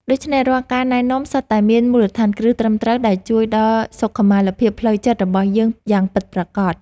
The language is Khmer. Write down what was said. ដូច្នេះរាល់ការណែនាំសុទ្ធតែមានមូលដ្ឋានគ្រឹះត្រឹមត្រូវដែលជួយដល់សុខុមាលភាពផ្លូវចិត្តរបស់យើងយ៉ាងពិតប្រាកដ។